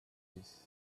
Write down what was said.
this